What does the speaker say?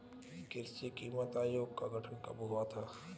कृषि कीमत आयोग का गठन कब हुआ था?